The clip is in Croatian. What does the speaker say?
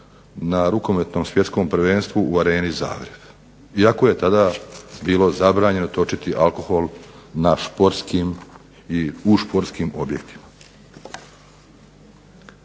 na Rukometnom Svjetskom prvenstvu u Areni Zagreb iako je tada bilo zabranjeno točiti alkohol na športskim i u športskim objektima.